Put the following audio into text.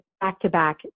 back-to-back